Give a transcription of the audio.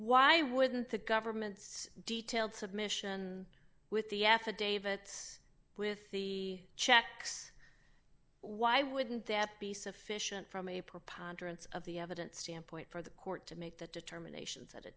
why wouldn't the government's detailed submission with the affidavits with the checks why wouldn't that be sufficient from a preponderance of the evidence standpoint for the court to make that determination